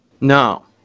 No